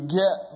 get